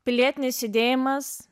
pilietinis judėjimas